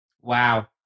Wow